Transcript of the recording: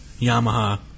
Yamaha